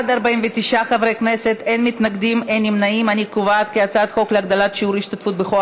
ההצעה להעביר את הצעת חוק להגדלת שיעור ההשתתפות בכוח